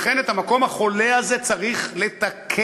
לכן, את המקום החולה הזה צריך לתקן.